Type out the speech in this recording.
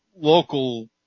local –